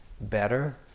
better